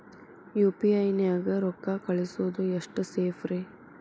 UPI ನ್ಯಾಗ ರೊಕ್ಕ ಕಳಿಸೋದು ಎಷ್ಟ ಸೇಫ್ ರೇ?